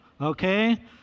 okay